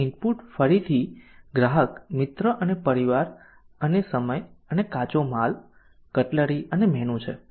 અહીં ઇનપુટ ફરીથી ગ્રાહક મિત્ર અને પરિવાર અને સમય અને કાચો માલ કટલરી મેનુ છે